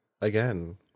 again